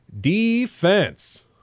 Defense